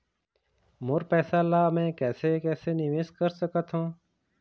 मोर पैसा ला मैं कैसे कैसे निवेश कर सकत हो?